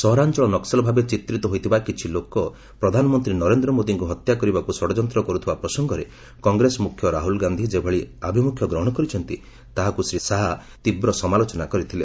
ସହରାଞ୍ଚଳ ନକୁଲ ଭାବେ ଚିତ୍ରିତ ହୋଇଥିବା କିଛି ଲୋକ ପ୍ରଧାନମନ୍ତ୍ରୀ ନରେନ୍ଦ୍ର ମୋଦିଙ୍କୁ ହତ୍ୟା କରିବାକୁ ଷଡ଼ଯନ୍ତ୍ର କରୁଥିବା ପ୍ରସଙ୍ଗରେ କଂଗ୍ରେସ ମୁଖ୍ୟ ରାହୁଳ ଗାନ୍ଧୀ ଯେଭଳି ଆଭିମୁଖ୍ୟ ଗ୍ରହଣ କରିଛନ୍ତି ତାହାକୁ ଶ୍ରୀ ଶାହା ତୀବ୍ର ସମାଲୋଚନା କରିଥିଲେ